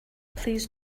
please